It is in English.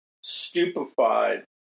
stupefied